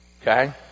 Okay